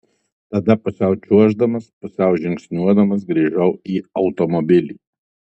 tada pusiau čiuoždamas pusiau žingsniuodamas grįžau į automobilį